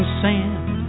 sand